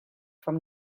from